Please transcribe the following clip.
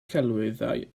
celwyddau